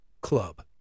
club